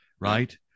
right